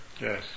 Yes